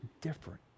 different